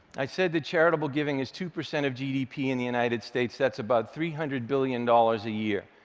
i said that charitable giving is two percent of gdp in the united states. that's about three hundred billion dollars a year.